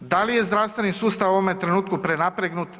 Da li je zdravstveni sustav u ovome trenutku prenapregnut?